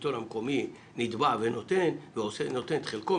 השלטון המקומי נתבע ונותן את חלקו,